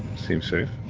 seems safe.